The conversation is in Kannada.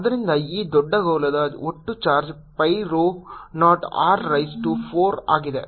ಆದ್ದರಿಂದ ಈ ದೊಡ್ಡ ಗೋಳದ ಒಟ್ಟು charge pi rho 0 r raise to 4 ಆಗಿದೆ